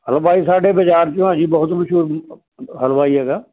ਹਲਵਾਈ ਸਾਡੇ ਬਾਜ਼ਾਰ 'ਚੋਂ ਆ ਜੀ ਬਹੁਤ ਮਸ਼ਹੂਰ ਹਲਵਾਈ ਹੈਗਾ